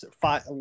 five